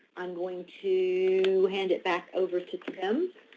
i'm going to hand it back over to tim.